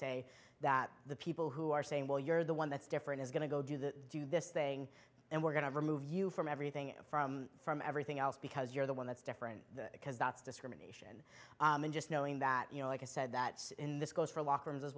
say that the people who are saying well you're the one that's different is going to go do the do this thing and we're going to remove you from everything from from everything else because you're the one that's different because that's discrimination and just knowing that you know like i said that in this goes for